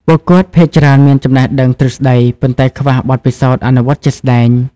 ពួកគាត់ភាគច្រើនមានចំណេះដឹងទ្រឹស្តី ប៉ុន្តែខ្វះបទពិសោធន៍អនុវត្តជាក់ស្តែង។